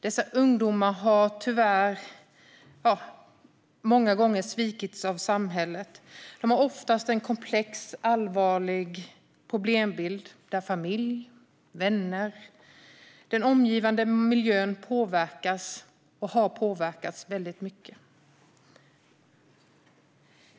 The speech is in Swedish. Dessa ungdomar har tyvärr många gånger svikits av samhället, och de har ofta en komplex och allvarlig problembild där familj, vänner och den omgivande miljön påverkas, och har påverkats, mycket.